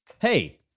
Hey